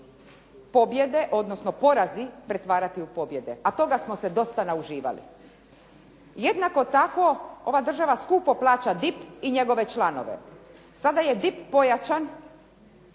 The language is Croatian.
pobjede odnosno porazi pretvarati u pobjede a toga smo se dosta nauživali. Jednako tako ova država skupo plaća DIP i njegove članove. Sada je DIP pojačan